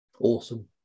awesome